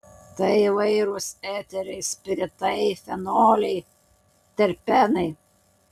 tai įvairūs eteriai spiritai fenoliai terpenai